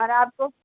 اور آپ کو